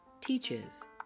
teaches